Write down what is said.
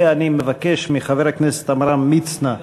אני מבקש מחבר הכנסת עמרם מצנע